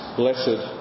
blessed